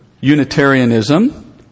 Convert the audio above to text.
Unitarianism